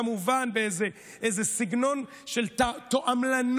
כמובן באיזה סגנון של תועמלנות